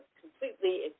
completely